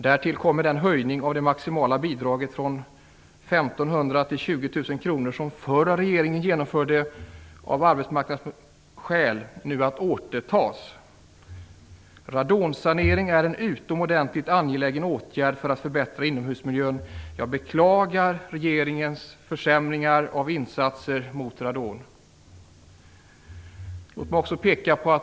Därtill kommer den höjning av det maximala bidraget från 15 000 kr till 20 000 kr som den förra regeringen genomförde av arbetsmarknadsskäl nu att återtas. Radonsanering är en utomordentligt angelägen åtgärd för att förbättra inomhusmiljön. Jag beklagar regeringens försämringar av insatser mot radon.